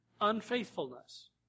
unfaithfulness